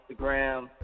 Instagram